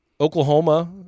Oklahoma